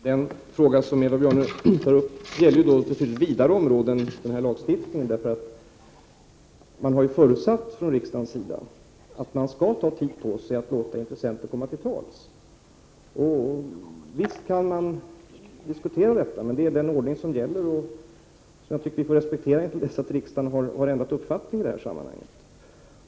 Herr talman! Den fråga som Eva Björne tar upp gäller ett betydligt vidare område än denna lagstiftning. Det har från riksdagens sida förutsatts att man skall ta tid på sig att låta intressenter komma till tals. Visst kan man diskutera detta, men det är den ordning som gäller. Jag tycker att vi får respektera den till dess att riksdagen ändrar uppfattning i detta sammanhang.